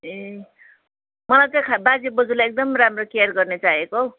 ए मलाई चाहिँ बाजे बोजूलाई एकदम राम्रो केयर गर्ने चाहिएको हौ